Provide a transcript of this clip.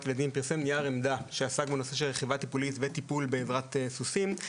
ילדים פרסם נייר עמדה שעסק בנושא של רכיבה טיפולית וטיפול בעזרת סוסים.